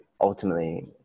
ultimately